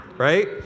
right